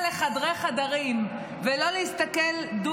או בריחה לחדרי-חדרים,